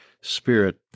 Spirit